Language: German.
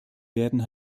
werden